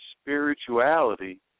spirituality